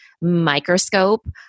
microscope